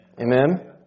Amen